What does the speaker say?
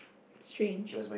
strange